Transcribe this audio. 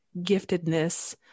giftedness